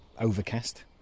overcast